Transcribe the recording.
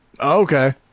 Okay